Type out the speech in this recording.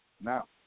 now